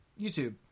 YouTube